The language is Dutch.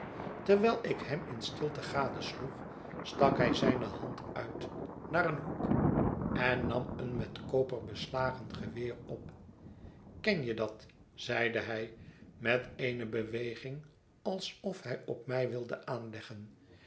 terwijl ik hem in stilte gadesloeg stak hij zijne hand uit naar een hoek en nam een met koper beslagen geweer op ken je dat zeide hij met eene beweging alsof hij op mij wilde aanleggen